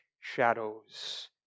shadows